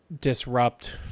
disrupt